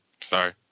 sorry